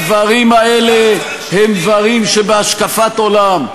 הדברים האלה הם דברים שבהשקפת עולם.